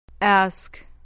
Ask